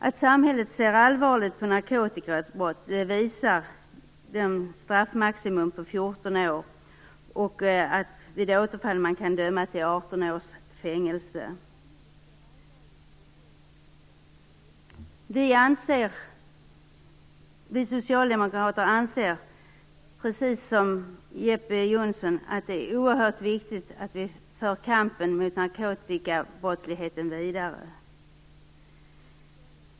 Att samhället ser allvarligt på narkotikabrott visar maximistraffet på 14 år och att man vid återfall kan döma till 18 års fängelse. Vi socialdemokrater anser precis som Jeppe Johnsson att det är oerhört viktigt att vi för kampen mot narkotikabrottsligheten vidare.